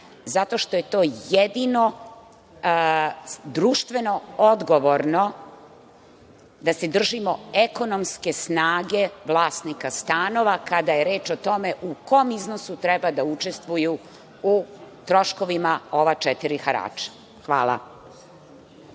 zato što je to jedino društveno odgovorno, da se držimo ekonomske snage vlasnika stanova, kada je reč o tome u kom iznosu treba da učestvuju u troškovima ova četiri harača. Hvala.